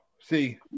see